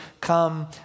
come